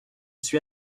suis